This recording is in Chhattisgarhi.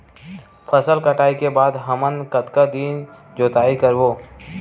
फसल कटाई के बाद हमन कतका दिन जोताई करबो?